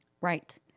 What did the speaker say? Right